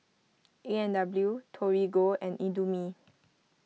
A and W Torigo and Indomie